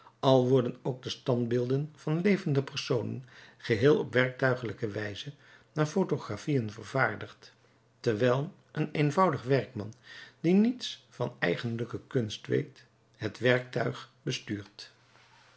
al worden ook de standbeelden van levende personen geheel op werktuigelijke wijze naar photographien vervaardigd terwijl een eenvoudig werkman die niets van eigenlijke kunst weet het werktuig bestuurt